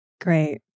Great